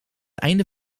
einde